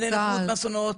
לנכות מאסונות.